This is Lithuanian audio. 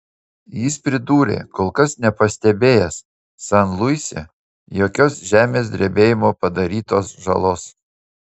jis pridūrė kol kas nepastebėjęs san luise jokios žemės drebėjimo padarytos žalos